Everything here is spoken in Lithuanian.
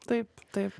taip taip